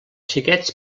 xiquets